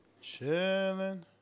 chilling